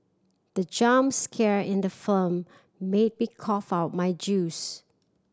the jump scare in the firm made me cough out my juice